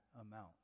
amount